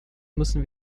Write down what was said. müssen